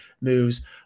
moves